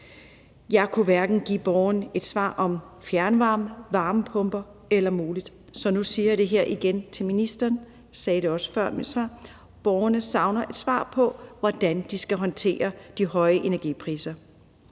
Jeg kunne hverken give borgeren et svar om fjernvarme, varmepumper, eller om det var muligt. Så nu siger jeg det her igen til ministeren – jeg sagde det også før i mit svar: Borgerne savner et svar på, hvordan de skal håndtere de høje energipriser.